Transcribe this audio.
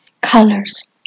colors